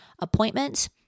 Appointments